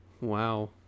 wow